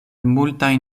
multajn